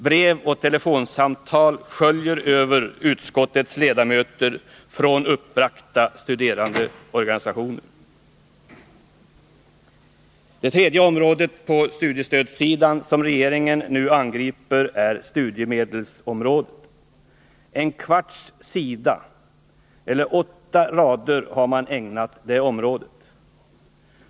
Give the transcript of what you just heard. Brev och telefonsamtal från uppbragda studerandeorganisationer sköljer över utskottets ledamöter. Det tredje området på studiestödssidan som regeringen nu angriper är studiemedelsområdet. En kvarts sida, eller åtta rader, har man ägnat det området.